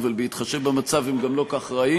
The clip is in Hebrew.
אבל בהתחשב במצב הם גם לא כל כך רעים.